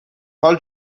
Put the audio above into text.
حال